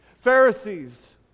Pharisees